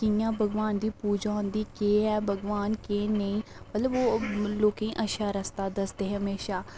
कि'यां भगवान दी पूजा होंदी के हे भगवान के नेईं मतलब ओह् लोकें गी अच्छा रस्ता दसदे हे हमेशा